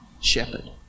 shepherd